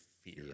fear